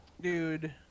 Dude